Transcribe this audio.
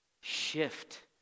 Shift